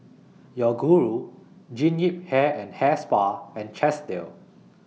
Yoguru Jean Yip Hair and Hair Spa and Chesdale